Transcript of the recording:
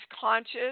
conscious